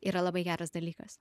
yra labai geras dalykas